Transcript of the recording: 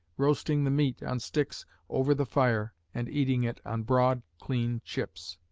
roasting the meat on sticks over the fire and eating it on broad, clean chips.